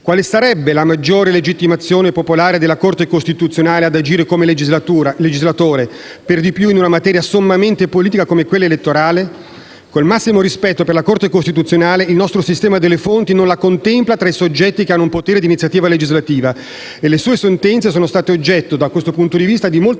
Quale sarebbe la maggiore legittimazione popolare della Corte costituzionale ad agire come legislatore, per di più in una materia che è sommamente politica come quella elettorale? Con il massimo rispetto per la Corte costituzionale, il nostro sistema delle fonti non la contempla tra i soggetti che hanno un potere di iniziativa legislativa e le sue sentenze sono state oggetto, da questo punto di vista, di molte